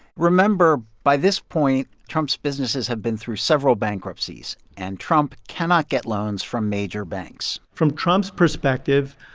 remember, by this point, trump's businesses have been through several bankruptcies. and trump cannot get loans from major banks from trump's perspective,